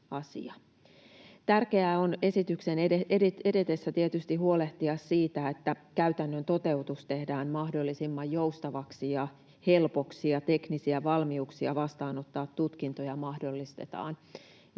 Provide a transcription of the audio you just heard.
Tärkeää on esityksen edetessä tietysti huolehtia siitä, että käytännön toteutus tehdään mahdollisimman joustavaksi ja helpoksi ja teknisiä valmiuksia vastaanottaa tutkintoja mahdollistetaan.